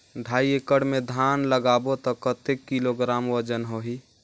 ढाई एकड़ मे धान लगाबो त कतेक किलोग्राम वजन होही?